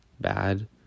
bad